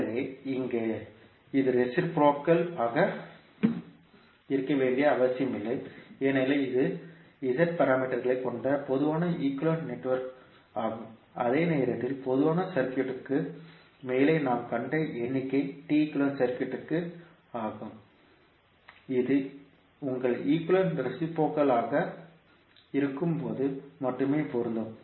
எனவே இங்கே இது ரேசிப்ரோகல் ஆக இருக்க வேண்டிய அவசியமில்லை ஏனெனில் இது Z பாராமீட்டர்களை கொண்ட பொதுவான ஈக்குவேலன்ட் நெட்வொர்க் ஆகும் அதே நேரத்தில் பொதுவான சர்க்யூட்க்கு மேலே நாம் கண்ட எண்ணிக்கை T ஈக்குவேலன்ட் சர்க்யூட்க்கு ஆகும் இது உங்கள் ஈக்குவேலன்ட் ரேசிப்ரோகல் ஆக இருக்கும்போது மட்டுமே பொருந்தும்